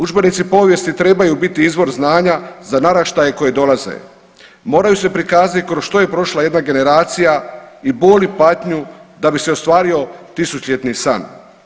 Udžbenici povijesti trebaju biti izvor zvanja za naraštaje koji dolaze, moraju se prikazati kroz što je prošla jedna generacija i bol i patnju da bi se ostvario tisutljetni san.